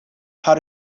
how